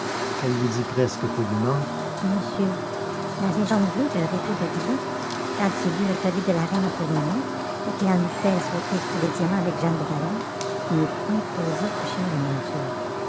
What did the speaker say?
elle lui dit presque poliment monsieur la légende veut que rétaux de villette quand il eut le collier de la reine entre les mains et qu'il en eut fait sauter tous les diamants avec jeanne de valois n'ait point osé toucher à la monture